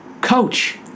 coach